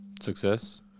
Success